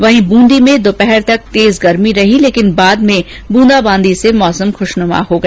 वहीं ब्रंदी में दोपहर तक तेज गर्मी रही लेकिन बाद में बुंदाबांदी से मौसम खुशनुमा हो गया